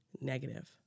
negative